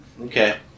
Okay